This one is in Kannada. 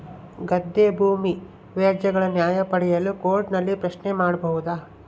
ಗದ್ದೆ ಭೂಮಿ ವ್ಯಾಜ್ಯಗಳ ನ್ಯಾಯ ಪಡೆಯಲು ಕೋರ್ಟ್ ನಲ್ಲಿ ಪ್ರಶ್ನೆ ಮಾಡಬಹುದಾ?